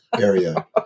area